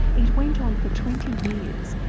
it went on for twenty years,